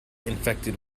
infected